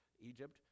Egypt